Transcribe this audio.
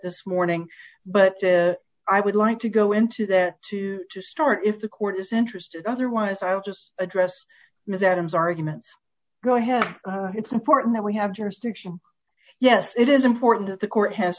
this morning but i would like to go into that to to start if the court is interested otherwise i'll just address miss adams argument go ahead it's important that we have jurisdiction yes it is important that the court has